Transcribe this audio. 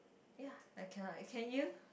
ya I cannot eh can you